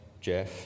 Jeff